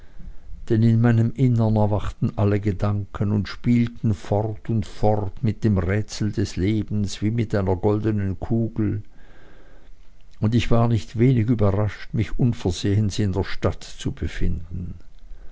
denn in meinem innern erwachten alle gedanken und spielten fort und fort mit dem rätsel des lebens wie mit einer goldenen kugel und ich war nicht wenig überrascht mich unversehens in der stadt zu befinden